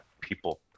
people